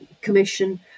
Commission